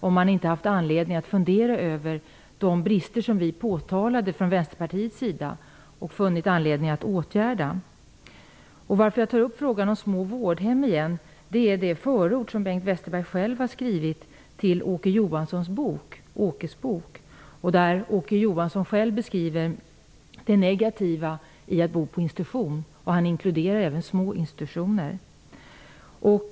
Har man inte haft anledning att fundera över de brister som vi i Vänsterpartiet påtalade och funnit anledning att åtgärda dem? Orsaken till att jag tar upp frågan om små vårdhem igen, är det förord som Bengt Westerberg själv har skrivit till Åke Johanssons bok, Åkes bok. I den beskriver Åke Johansson det negativa i att bo på institution, och han inkluderar även små institutioner.